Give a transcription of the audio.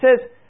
says